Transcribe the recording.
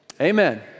amen